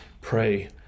pray